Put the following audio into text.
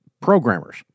programmers